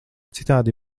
citādi